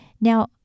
Now